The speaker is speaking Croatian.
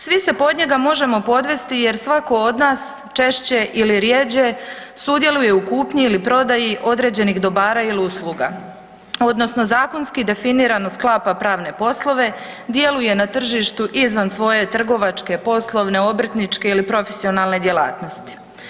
Svi se pod njega podvesti jer svako od nas češće ili rjeđe sudjeluje u kupnji ili prodaji određenih dobara il usluga odnosno zakonski definirano sklapa pravne poslove i djeluje na tržištu izvan svoje trgovačke, poslovne, obrtničke ili profesionalne djelatnosti.